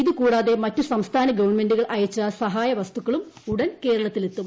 ഇതുകൂടാതെ മറ്റ് സംസ്ഥാന ഗവൺമെന്റുകൾ അയച്ച സഹായവസ്തുക്കളും ഉടൻ കേരളത്തിലെത്തും